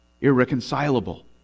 irreconcilable